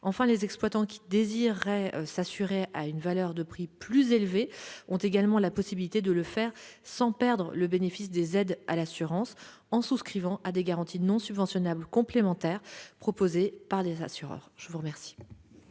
Enfin, les exploitants qui désireraient s'assurer à une valeur de prix plus élevée peuvent le faire sans perdre le bénéfice des aides à l'assurance en souscrivant à des garanties non subventionnables complémentaires proposées par les assureurs. La parole